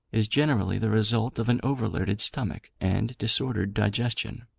is generally the result of an overloaded stomach and disordered digestion.